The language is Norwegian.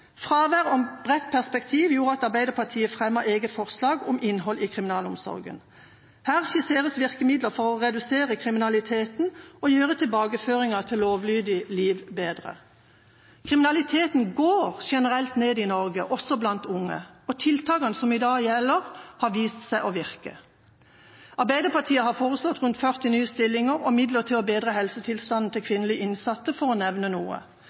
Fravær av bredt perspektiv gjorde at Arbeiderpartiet fremmet eget forslag om innhold i kriminalomsorgen. Her skisseres virkemidler for å redusere kriminaliteten og gjøre tilbakeføringen til lovlydig liv bedre. Kriminaliteten går generelt ned i Norge, også blant unge. Tiltakene som i dag gjelder, har vist seg å virke. Arbeiderpartiet har foreslått rundt 40 nye stillinger og midler til å bedre helsetilstanden til kvinnelige innsatte, for å nevne noe.